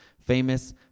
famous